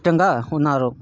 ఇష్టంగా ఉన్నారు